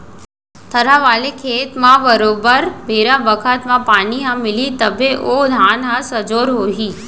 थरहा वाले खेत म बरोबर बेरा बखत म पानी ह मिलही तभे ओ धान ह सजोर हो ही